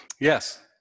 yes